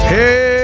Hey